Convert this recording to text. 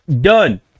done